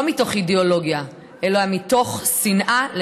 מתוך אידיאולוגיה אלא מתוך שנאה למגזר,